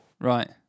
right